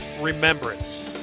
remembrance